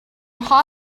hot